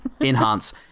enhance